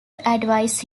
advise